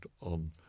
on